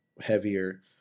heavier